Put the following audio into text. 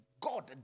God